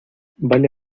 vale